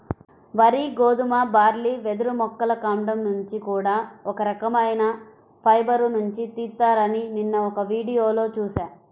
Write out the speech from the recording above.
వరి, గోధుమ, బార్లీ, వెదురు మొక్కల కాండం నుంచి కూడా ఒక రకవైన ఫైబర్ నుంచి తీత్తారని నిన్న ఒక వీడియోలో చూశా